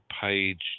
page